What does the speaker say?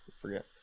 forget